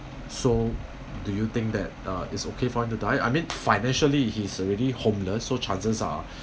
so do you think that uh is okay fine to die I mean financially he's already homeless so chances are